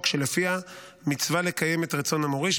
שלפיה מצווה לקיים את רצון המוריש,